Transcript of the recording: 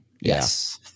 Yes